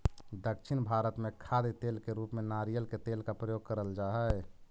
दक्षिण भारत में खाद्य तेल के रूप में नारियल के तेल का प्रयोग करल जा हई